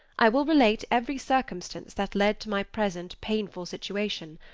i will relate every circumstance that led to my present, painful situation.